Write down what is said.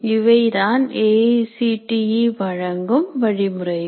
இவைதான் A ICT வழங்கும் வழிமுறைகள்